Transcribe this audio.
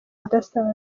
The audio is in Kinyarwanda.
adasanzwe